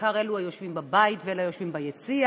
בעיקר אלו היושבים בבית ואלה היושבים ביציע,